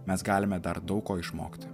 mes galime dar daug ko išmokti